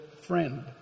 Friend